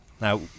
Now